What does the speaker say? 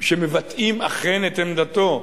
שמבטאים אכן את עמדתו.